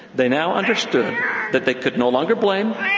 they now understood that they could no longer blame,